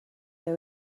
they